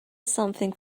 something